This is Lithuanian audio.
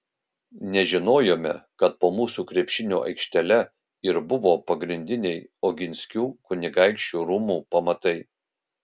nežinojome kad po mūsų krepšinio aikštele ir buvo pagrindiniai oginskių kunigaikščių rūmų pamatai